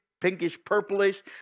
pinkish-purplish